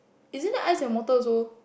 isn't that ice and water also